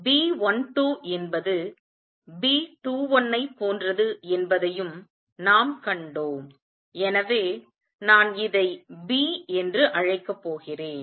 B12 என்பது B21 ஐப் போன்றது என்பதையும் நாம் கண்டோம் எனவே நான் இதை B என்று அழைக்கப் போகிறேன்